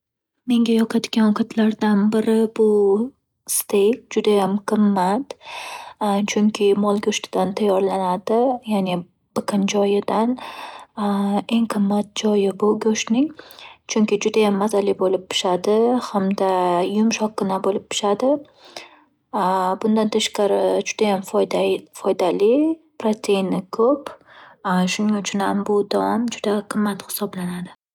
Menga yoqadigan ovqatlardan biri bu-steyk. Juda ham qimmat, chunki mol go'shtidan tayyorlanadi ya'ni biqin joyidan. Eng qimmat joyi bu go'shtning. Chunki judayam mazali bo'lib pishadi, hamdayumshoqqina bo'lib pishadi. Bundan tashqari, judayam foyday-foydali, proteini ko'p. Shuning uchun ham bu taom juda qimmat hisoblanadi.